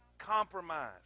compromise